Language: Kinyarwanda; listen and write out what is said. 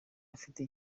afite